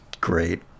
great